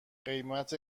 قیمت